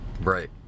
right